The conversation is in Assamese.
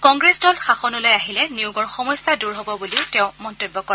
কংগ্ৰেছ দল শাসনলৈ আহিলে নিয়োগৰ সমস্যা দূৰ হব বুলিও তেওঁ মন্তব্য কৰে